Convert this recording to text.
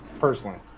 Personally